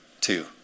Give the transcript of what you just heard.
two